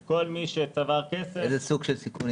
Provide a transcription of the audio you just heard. שכל מי שצבר כסף --- איזה סוג של סיכונים?